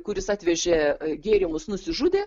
kuris atvežė gėrimus nusižudė